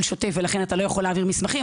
שוטף ולכן אתה לא יכול להעביר מסמכים.